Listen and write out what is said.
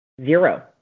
Zero